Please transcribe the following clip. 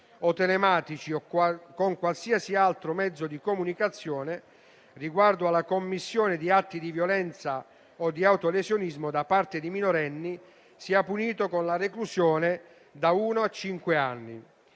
o telematici o qualsiasi altro mezzo di comunicazione riguardo alla commissione di atti di violenza o di autolesionismo da parte di minorenni sia punito con la reclusione da uno a